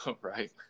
Right